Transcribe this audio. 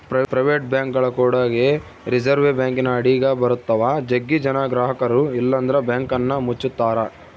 private ಬ್ಯಾಂಕ್ಗಳು ಕೂಡಗೆ reserve ಬ್ಯಾಂಕಿನ ಅಡಿಗ ಬರುತ್ತವ, ಜಗ್ಗಿ ಜನ ಗ್ರಹಕರು ಇಲ್ಲಂದ್ರ ಬ್ಯಾಂಕನ್ನ ಮುಚ್ಚುತ್ತಾರ